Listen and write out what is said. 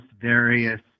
various